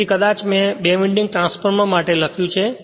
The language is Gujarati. તેથી કંઈક મેં કદાચ બે વિન્ડિંગ ટ્રાન્સફોર્મર્સ માટે લખ્યું છે